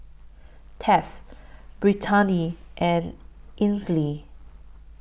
Tess Brittani and Ainsley